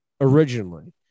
originally